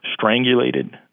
strangulated